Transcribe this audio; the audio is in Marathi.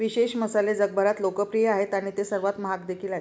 विशेष मसाले जगभरात लोकप्रिय आहेत आणि ते सर्वात महाग देखील आहेत